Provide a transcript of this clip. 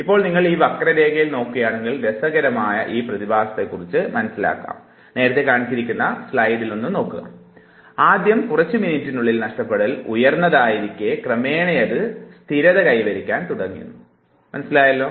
ഇപ്പോൾ നിങ്ങൾ ഈ വക്രരേഖയിൽ നോക്കുകയാണെങ്കിൽ വളരെ രസകരമായ പ്രതിഭാസത്തെ മനസ്സിലാക്കുവാൻ സാധിക്കും ആദ്യ കുറച്ച് മിനിറ്റുകളിലെ നഷ്ടപ്പെടൽ വളരെ ഉയർന്നതായിരിക്കെ ക്രമേണേയത് സ്ഥിരത കൈവരിക്കാൻ തുടങ്ങിയിരിക്കുന്നു